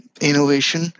innovation